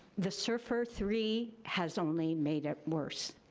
the serfr three has only made it worse.